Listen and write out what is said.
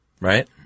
right